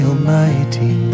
Almighty